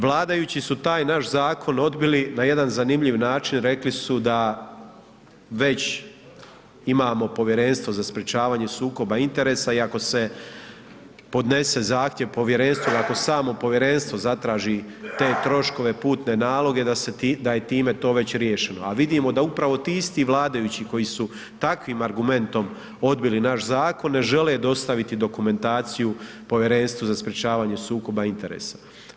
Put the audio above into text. Vladajući su taj naš zakon odbili na jedan zanimljiv način, rekli su da već imamo povjerenstvo za sprječavanje sukoba interesa i ako se podnese zahtjev povjerenstvu, ako samo povjerenstvo zatraži te troškove, putne naloge, da je time to već riješeno, a vidimo da upravo ti siti vladajući koji su takvim argumentom odbili naš zakon ne žele dostaviti dokumentaciju Povjerenstvu za sprječavanje sukoba interesa.